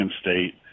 State